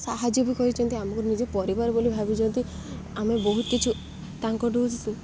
ସାହାଯ୍ୟ ବି କରିଛନ୍ତି ଆମକୁ ନିଜେ ପରିବାର ବୋଲି ଭାବିଛନ୍ତି ଆମେ ବହୁତ କିଛି ତାଙ୍କଠୁ